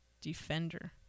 defender